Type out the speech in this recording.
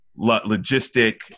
logistic